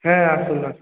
হ্যাঁ আসুন আসুন